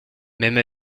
même